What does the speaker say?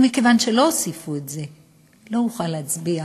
ומכיוון שלא הוסיפו את זה, לא אוכל להצביע